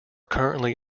currently